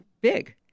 big